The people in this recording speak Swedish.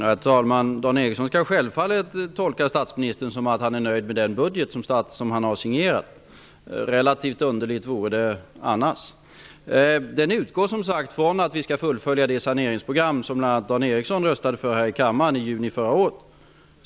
Herr talman! Dan Eriksson i Stockholm skall självfallet tolka statsministern som att han är nöjd med den budget som han har signerat. Det vore relativt underligt annars. Budgeten utgår som sagt från att vi skall fullfölja det saneringsprogram som bl.a. Dan Eriksson röstade för här i kammaren i juni förra året.